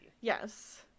Yes